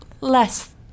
less